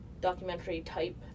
documentary-type